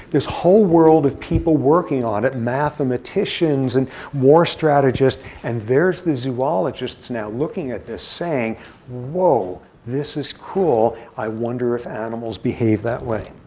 this whole world of people working on it, mathematicians and war strategists. and there's the zoologists now looking at this saying whoa, this is cool. i wonder if animals behave that way.